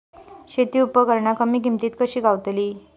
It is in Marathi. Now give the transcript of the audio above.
शेती उपकरणा कमी किमतीत कशी गावतली?